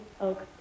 Oak